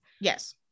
Yes